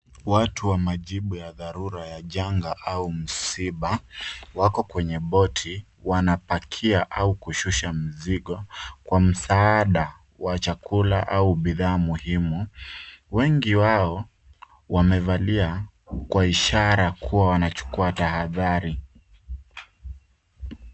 Watu wa majibu ya dharura ya janga au msiba wako kwenye boti wanapakia ama kushusha mzigo kwa msaada wa chakula au bidhaa muhimu. Wengi wao wamevalia kwa ishara kuwa wanachukua tahadhari.